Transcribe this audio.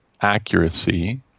accuracy